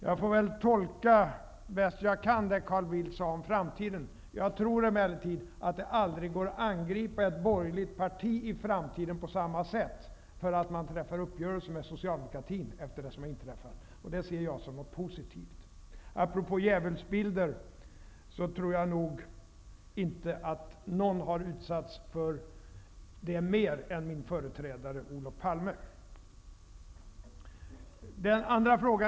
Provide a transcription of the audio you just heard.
Jag får väl tolka bäst jag kan det Carl Bildt sade om framtiden. Jag tror emellertid att det aldrig går att angripa ett borgerligt parti i framtiden på samma sätt för att träffa uppgörelser med socialdemokratin efter det som nu har inträffat. Jag ser det som något positivt. Apropå djävulsbilder: Jag tror inte att någon har utsatts för sådant mer än min företrädare Olof Palme.